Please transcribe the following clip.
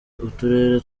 uturere